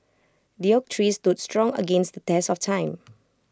the oak tree stood strong against the test of time